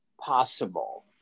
possible